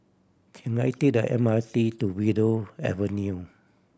can I take the M R T to Willow Avenue